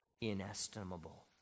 inestimable